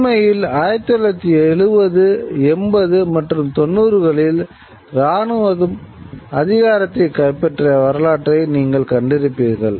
உண்மையில் 1970 80 மற்றும் 90 களில் இராணுவம் அதிகாரத்தை கைப்பற்றிய வரலாற்றை நீங்கள் கண்டிருப்பீர்கள்